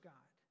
God